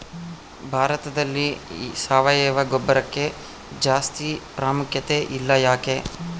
ಭಾರತದಲ್ಲಿ ಸಾವಯವ ಗೊಬ್ಬರಕ್ಕೆ ಜಾಸ್ತಿ ಪ್ರಾಮುಖ್ಯತೆ ಇಲ್ಲ ಯಾಕೆ?